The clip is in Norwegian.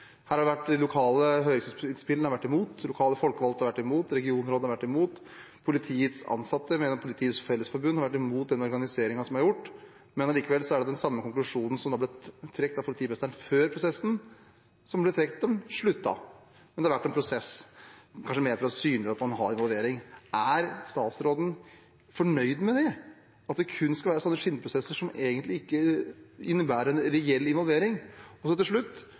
De lokale høringsinnspillene har vært imot, de lokale folkevalgte har vært imot, regionråd har vært imot, politiets ansatte og medlemmer av Politiets Fellesforbund har vært imot den organiseringen som er gjort, men allikevel er det den samme konklusjonen som ble trukket av politimestrene før prosessen, som ble trukket da den sluttet. Det har vært en prosess kanskje mer for å synliggjøre at man har «involvering». Er statsråden fornøyd med at det kun skal være sånne skinnprosesser som egentlig ikke innebærer en reell involvering? Og til slutt: